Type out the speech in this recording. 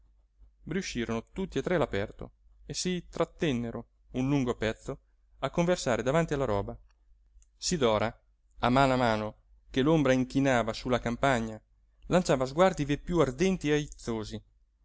riuscirono tutti e tre all'aperto e si trattennero un lungo pezzo a conversare davanti alla roba sidora a mano a mano che l'ombra inchinava su la campagna lanciava sguardi vieppiú ardenti e aizzosi